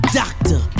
doctor